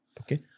Okay